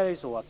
effekt.